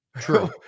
true